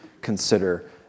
consider